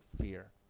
fear